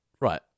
Right